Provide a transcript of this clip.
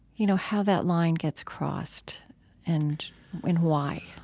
you know, how that line gets crossed and why